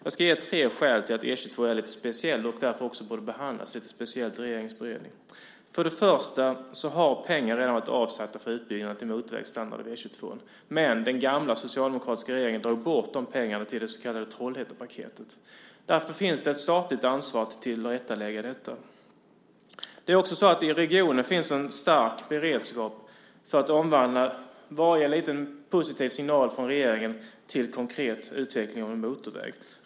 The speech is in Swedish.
Jag ska ge tre skäl till att E 22 är speciell och därför också borde behandlas i en speciell regeringsberedning. För det första har pengar redan varit avsatta för utbyggnad av E 22:an till motorvägsstandard, men den gamla socialdemokratiska regeringen drog bort de pengarna och gav dem till det så kallade Trollhättepaketet. Därför finns det ett statligt ansvar för att tillrättalägga detta. För det andra finns det i regionen en stark beredskap för att omvandla varje liten positiv signal från regeringen till konkret utveckling av en motorväg.